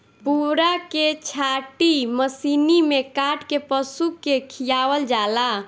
पुअरा के छाटी मशीनी में काट के पशु के खियावल जाला